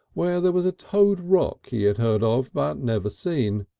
where there was a toad rock he had heard of, but never seen.